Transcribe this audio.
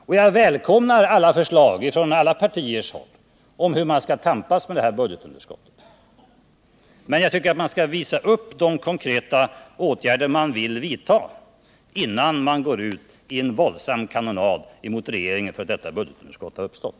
Och jag välkomnar alla förslag från alla partiers håll om hur man skall tampas med detta budgetunderskott. Men jag tycker att man skall visa upp de konkreta åtgärder man vill vidta, innan man går ut i en våldsam kanonad mot regeringen för att detta budgetunderskott har uppstått.